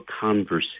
conversation